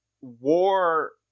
war